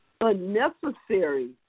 unnecessary